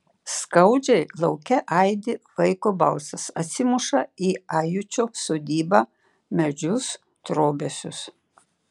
skaudžiai lauke aidi vaiko balsas atsimuša į ajučio sodybą medžius trobesius